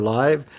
live